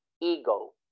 ego